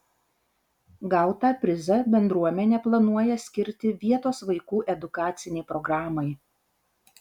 gautą prizą bendruomenė planuoja skirti vietos vaikų edukacinei programai